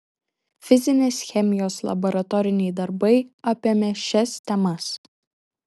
fizinės chemijos laboratoriniai darbai apėmė šias temas